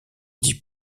dit